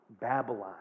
Babylon